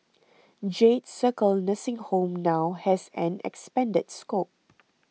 Jade Circle nursing home now has an expanded scope